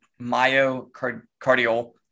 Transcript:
myocardial